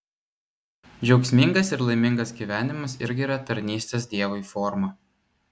džiaugsmingas ir laimingas gyvenimas irgi yra tarnystės dievui forma